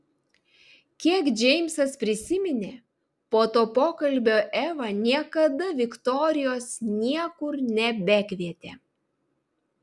kiek džeimsas prisiminė po to pokalbio eva niekada viktorijos niekur nebekvietė